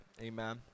Amen